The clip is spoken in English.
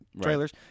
trailers